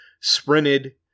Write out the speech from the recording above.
sprinted